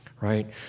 right